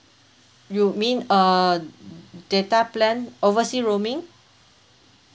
you mean uh data plan oversea roaming